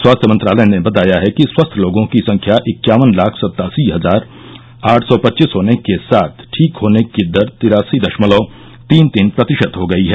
स्वास्थ्य मंत्रालय ने बताया है कि स्वस्थ लोगों की संख्या इक्यावन लाख सत्तासी हजार आठ सौ पच्चीस होने के साथ ठीक होने की दर तिरासी दशमलव तीन तीन प्रतिशत हो गई है